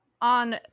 on